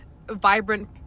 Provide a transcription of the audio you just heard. vibrant